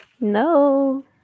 No